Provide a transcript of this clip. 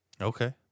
Okay